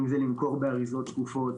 אם זה למכור באריזות שקופות.